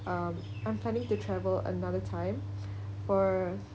um I'm planning to travel another time for